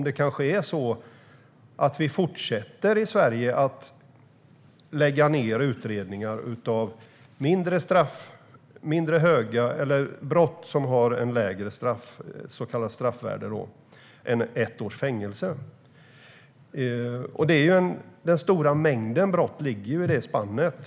Det kanske är på det sättet att vi i Sverige fortsätter att lägga ned utredningar av brott med lägre straffvärde än ett års fängelse. Den stora mängden brott ligger i det spannet.